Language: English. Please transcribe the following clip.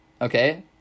Okay